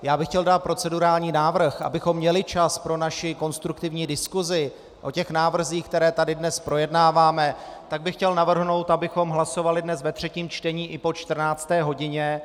Já bych chtěl dát procedurální návrh, abychom měli čas pro naši konstruktivní diskusi o návrzích, které tady dnes projednáváme, tak bych chtěl navrhnout, abychom hlasovali dnes ve třetím čtení i po 14. hodině.